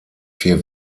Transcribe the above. vier